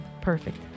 perfect